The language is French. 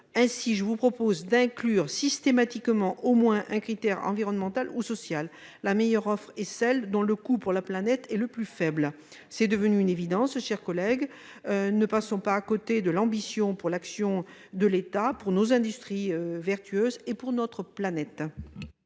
Aussi, je propose d'inclure systématiquement au moins un critère environnemental ou social. La meilleure offre est celle dont le coût pour la planète est le plus faible. C'est devenu une évidence, mes chers collègues. Ne passons pas à côté de cette ambition pour nos industries vertueuses et pour notre planète.